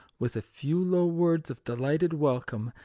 with a few low words of delighted welcome,